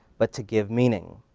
but to give meaning.